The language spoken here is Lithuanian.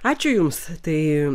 ačiū jums tai